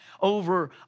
over